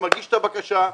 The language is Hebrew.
הוא מגיש את הבקשה,